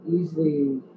easily